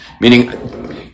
meaning